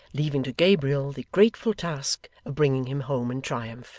leaving to gabriel the grateful task of bringing him home in triumph.